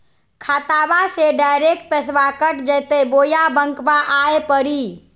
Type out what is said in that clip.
खाताबा से डायरेक्ट पैसबा कट जयते बोया बंकबा आए परी?